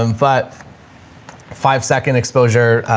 um but five second exposure. ah,